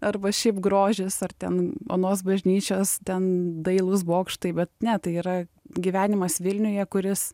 arba šiaip grožis ar ten onos bažnyčios ten dailūs bokštai bet ne tai yra gyvenimas vilniuje kuris